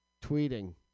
tweeting